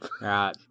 right